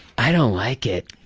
i don't like it.